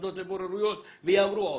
במוסדות לבוררות ועוד ייאמרו.